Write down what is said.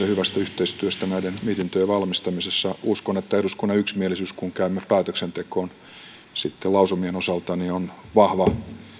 hyvästä yhteistyöstä näiden mietintöjen valmistamisessa uskon että eduskunnan yksimielisyys kun käymme päätöksentekoon sitten lausumien osalta on vahva